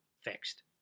fixed